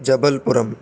जबल्पुरं